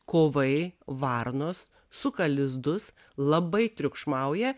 kovai varnos suka lizdus labai triukšmauja